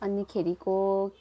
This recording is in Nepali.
अनिखेरिको